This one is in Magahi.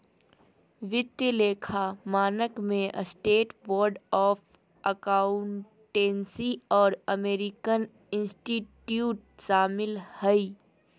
वित्तीय लेखा मानक में स्टेट बोर्ड ऑफ अकाउंटेंसी और अमेरिकन इंस्टीट्यूट शामिल हइ